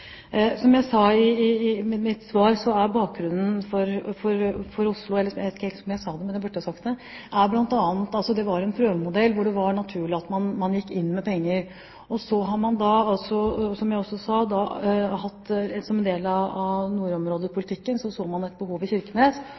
Som jeg sa i mitt svar, er bakgrunnen for Oslo – jeg vet ikke helt om jeg sa det, men jeg burde ha sagt det – bl.a. at det var en prøvemodell hvor det var naturlig at man gikk inn med penger. Og som en del av nordområdepolitikken så man et behov i Kirkenes. Så har man hatt en type særlig arbeidskraftinnvandring i Stavanger. Det er bakgrunnen for at man